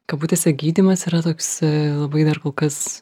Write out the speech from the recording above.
kabutėse gydymas yra toks labai dar kol kas